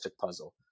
puzzle